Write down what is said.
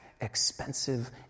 expensive